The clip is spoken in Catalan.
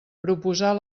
proposar